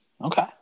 okay